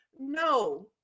no